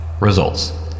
Results